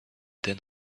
then